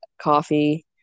coffee